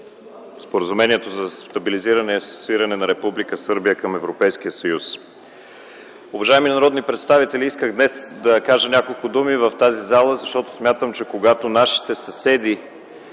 Споразумението за стабилизиране и асоцииране на Република Сърбия към Европейския съюз. Уважаеми народни представители, искам днес да кажа няколко думи в тази зала, защото смятам, че когато нашите съседи